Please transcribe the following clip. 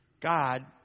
God